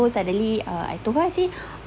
so suddenly ah I told her I say